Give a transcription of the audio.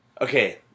Okay